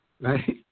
right